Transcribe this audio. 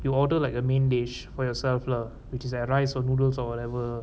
you order like a main dish for yourself lah which is like rice or noodles or whatever